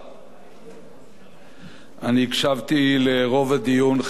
אני הקשבתי לרוב הדיון, חלק מפה וחלק בחדרי.